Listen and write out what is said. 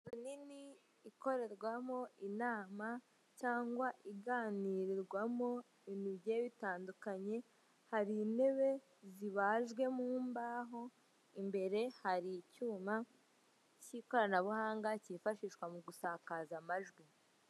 Nini ikorerwamo inama cyangwa iganirirwamo ibintu bigiye bitandukanye, hari intebe zibajwe mu mbaho, imbere hari icyuma cy'ikoranabuhanga cyifashishwa mu gusakaza amajwi.